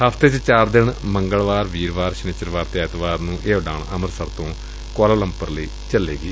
ਹਫਤੇ ਵਿਚ ਚਾਰ ਦਿਨ ਮੰਗਲਵਾਰ ਵੀਰਵਾਰ ਸ਼ਨਿਚਰਵਾਰ ਤੇ ਐਤਵਾਰ ਨੂੰ ਇਹ ਉਡਾਨ ਅੰਮੁਤਸਰ ਤੋਂ ਕੁਆਲਾਲੰਪਰ ਲਈ ਚਲਾਈ ਏ